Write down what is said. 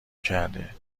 کرده